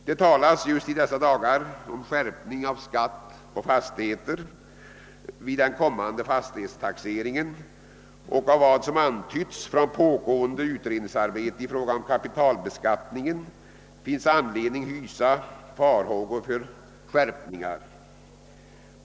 Det talas just i dessa dagar om skärpning av skatten på fastigheter vid den kommande fastighetstaxeringen, och enligt vad som antytts från pågående utredningsarbete i fråga om kapitalbeskattningen finns anledning hysa farhågor för skärpningar.